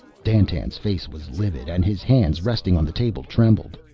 dandtan's face was livid, and his hands, resting on the table, trembled.